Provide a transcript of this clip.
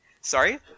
Sorry